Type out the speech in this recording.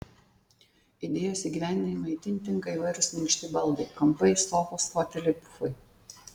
idėjos įgyvendinimui itin tinka įvairūs minkšti baldai kampai sofos foteliai pufai